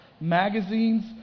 magazines